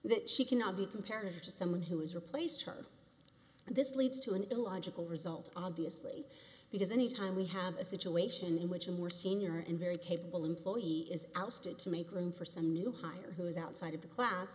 that she cannot be compared to someone who has replaced her and this leads to an illogical result obviously because anytime we have a situation in which a more senior and very capable employee is ousted to make room for some new hire who is outside of the class